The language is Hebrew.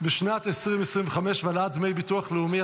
בשנת 2025 והעלאת דמי ביטוח לאומי),